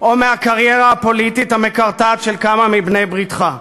או מהקריירה הפוליטית המקרטעת של כמה מבני בריתך.